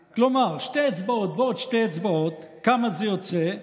כלומר, שתי אצבעות ועוד שתי אצבעות, כמה זה יוצא?